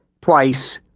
twice